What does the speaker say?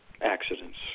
accidents